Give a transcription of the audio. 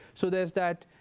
so there's that